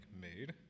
made